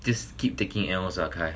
just keep taking any ah kyle